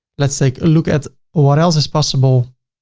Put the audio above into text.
let's take a look at, what else is possible?